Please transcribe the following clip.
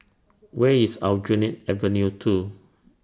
Where IS Aljunied Avenue two